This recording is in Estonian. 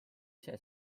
ise